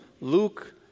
Luke